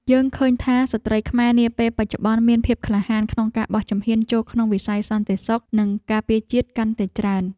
យើងឃើញថា ស្ត្រីខ្មែរនាពេលបច្ចុប្បន្នមានភាពក្លាហានក្នុងការបោះជំហានចូលក្នុងវិស័យសន្តិសុខ និងការពារជាតិកាន់តែច្រើន។